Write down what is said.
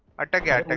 are taking i